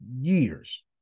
years